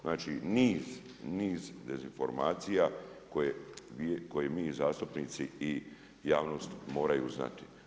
Znači niz dezinformacija koje mi zastupnici i javnost moraju znati.